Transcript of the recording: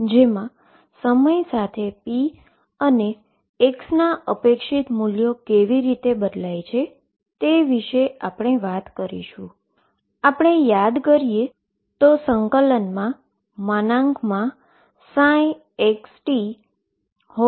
જેમા સમય સાથે p અને x ના એક્સ્પેક્ટેશન વેલ્યુ કેવી રીતે બદલાય છે તે વિષે આપણે વાત કરીશુ ને આપણે યાદ કરીએ તો તે ∫xt2 x dx